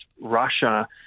Russia